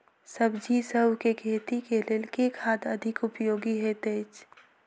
सब्जीसभ केँ खेती केँ लेल केँ खाद अधिक उपयोगी हएत अछि?